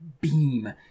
beam